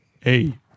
hey